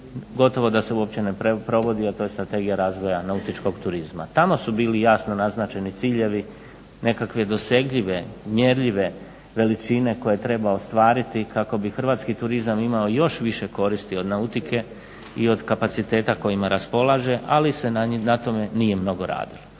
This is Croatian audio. gotovo da se uopće ne provodi, a to je Strategija razvoja nautičkog turizma. Tamo su bili jasno naznačeni ciljevi nekakve dosegljive, mjerljive veličine koje treba ostvariti kako bi hrvatski turizam imao još više koristi od nautike i od kapaciteta kojima raspolaže, ali se na tome nije mnogo radilo.